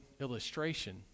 illustration